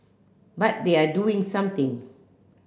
but they are doing something